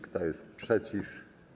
Kto jest przeciw?